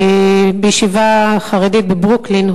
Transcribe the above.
בישיבה חרדית בברוקלין,